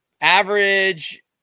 Average –